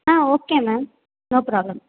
ah okay ma'am no problem